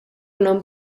non